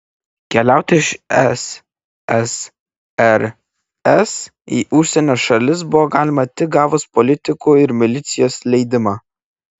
keliauti iš ssrs į užsienio šalis buvo galima tik gavus politikų ir milicijos leidimą